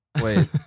Wait